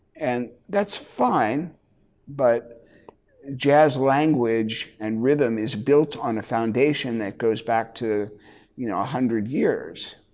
and that's fine but jazz language and rhythm is built on a foundation that goes back to you know a hundred years.